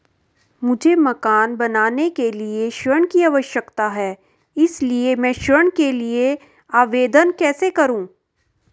मुझे मकान बनाने के लिए ऋण की आवश्यकता है इसलिए मैं ऋण के लिए आवेदन कैसे करूं?